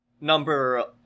number